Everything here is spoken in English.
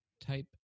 type